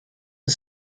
are